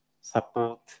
support